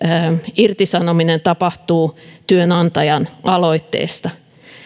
irtisanominen tapahtuu työnantajan aloitteesta